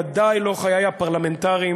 ודאי לא חיי הפרלמנטרים,